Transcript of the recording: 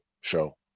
show